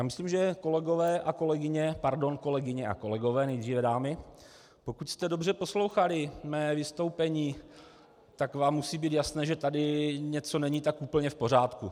Myslím že, kolegové a kolegyně pardon, kolegyně a kolegové, nejdříve dámy pokud jste dobře poslouchali mé vystoupení, tak vám musí být jasné, že tady něco není tak úplně v pořádku.